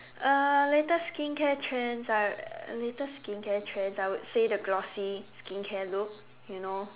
uh latest skincare trends I latest skincare trends I would say the glossy skincare look you know